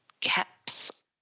caps